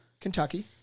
Kentucky